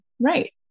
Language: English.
Right